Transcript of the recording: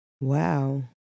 Wow